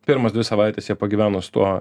pirmas dvi savaites jie pagyvena su tuo